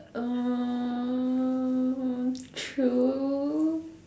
um true